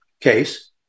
case